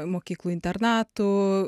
mokyklų internatų